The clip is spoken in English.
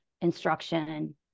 instruction